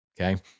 Okay